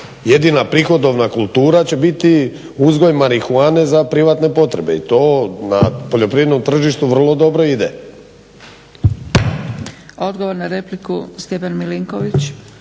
jedina prihodovna kultura će biti uzgoj marihuane za privatne potrebe i to na poljoprivrednom tržištu vrlo dobro ide.